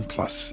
Plus